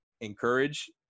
encourage